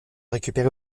récupérer